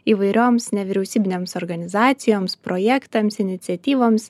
įvairioms nevyriausybinėms organizacijoms projektams iniciatyvoms